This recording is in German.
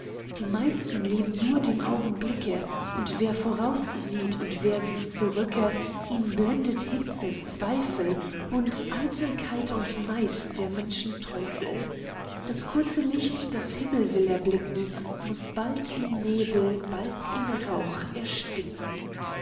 die meisten leben nur dem augenblicke und wer voraus sieht und wer sieht zurücke ihn blendet hitze zweifel und eitelkeit und neid der menschen teufel das kurze licht das himmel will erblicken muß bald in nebel bald in rauch ersticken